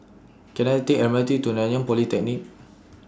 Can I Take M R T to Nanyang Polytechnic